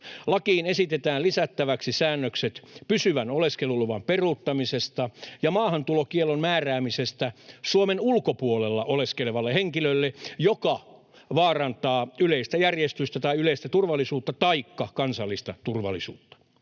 Lakiin esitetään lisättäväksi säännökset pysyvän oleskeluluvan peruuttamisesta ja maahantulokiellon määräämisestä Suomen ulkopuolella oleskelevalle henkilölle, joka vaarantaa yleistä järjestystä tai yleistä turvallisuutta taikka kansallista turvallisuutta.